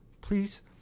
please